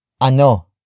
Ano